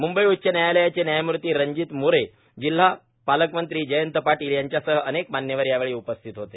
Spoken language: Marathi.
मुंबई उच्च न्यायालयाचे न्यायमूर्ती रणजीत मोरे जिल्हा पालकमंत्री जयंत पाटील यांच्यासह अनेक मान्यवर यावेळी उपस्थित होते